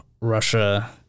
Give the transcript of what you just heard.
Russia